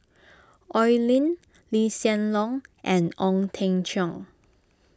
Oi Lin Lee Hsien Loong and Ong Teng Cheong